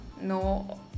No